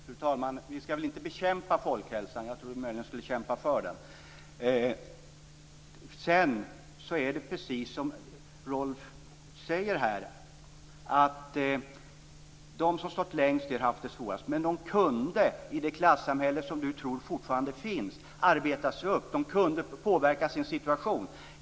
Fru talman! Vi skall väl inte bekämpa folkhälsan. Jag trodde möjligen att vi skulle kämpa för den. Sedan är det precis som Rolf säger: De som stått längst ned har haft det svårast. Men de kunde, i det klassamhälle som Rolf Olsson tror fortfarande finns, arbeta sig upp. De kunde påverka sin situation.